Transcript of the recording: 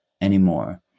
anymore